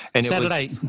Saturday